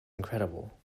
incredible